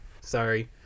sorry